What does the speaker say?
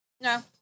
No